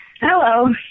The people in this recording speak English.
Hello